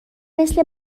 مثل